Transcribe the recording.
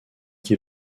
qui